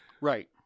right